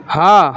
हँ